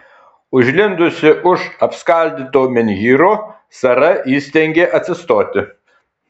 užlindusi už apskaldyto menhyro sara įstengė atsistoti